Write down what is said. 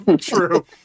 true